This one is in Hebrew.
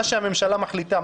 מה שהממשלה מחליטה,